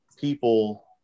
people